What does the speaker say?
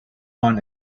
fun